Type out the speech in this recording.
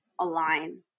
align